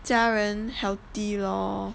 家人 healthy lor